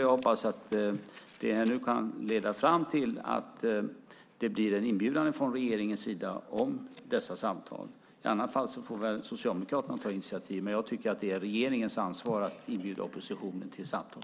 Jag hoppas det kan leda fram till att det blir en inbjudan från regeringens sida om dessa samtal. I annat fall får väl Socialdemokraterna ta initiativ. Men jag tycker att det är regeringens ansvar att inbjuda oppositionen till samtal.